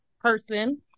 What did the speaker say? person